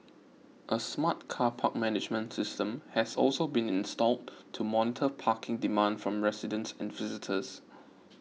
a smart car park management system has also been installed to monitor parking demand from residents and visitors